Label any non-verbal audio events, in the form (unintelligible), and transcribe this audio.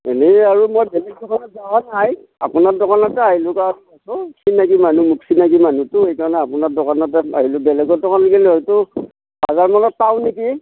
এনেই আৰু মই বেলেগ দোকানত যোৱা নাই আপোনাৰ দোকানতে আহিলোঁ (unintelligible) চিনাকি মানুহ মোৰ চিনাকি মানুহটো সেইকাৰণে আপোনাৰ দোকানতে আহিলোঁ বেলেগৰ দোকানত গ'লে হয়তো হাজাৰ মানত পাওঁ নেকি